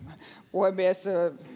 puhemies